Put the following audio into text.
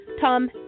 Tom